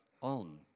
on